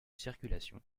circulation